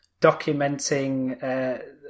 documenting